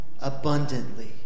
abundantly